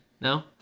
no